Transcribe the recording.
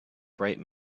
bright